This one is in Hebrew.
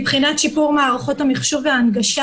מבחינת שיפור מערכות המחשוב וההנגשה,